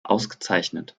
ausgezeichnet